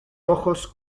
ojos